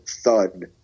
thud